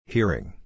Hearing